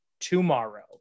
tomorrow